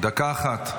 דקה אחת.